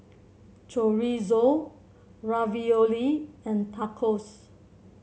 Chorizo Ravioli and Tacos